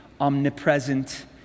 omnipresent